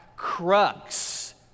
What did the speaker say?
Crux